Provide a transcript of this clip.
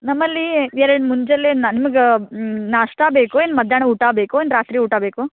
ನಮ್ಮಲ್ಲಿ ಎರಡು ಮುಂಜಾನೆ ನಮ್ಗೆ ನಾಷ್ಟಾ ಬೇಕು ಏನು ಮಧ್ಯಾಹ್ನ ಊಟ ಬೇಕು ಏನು ರಾತ್ರಿ ಊಟ ಬೇಕು